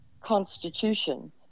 constitution